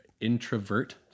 introvert